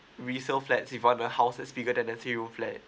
resale flat if you want the houses bigger than the three room flat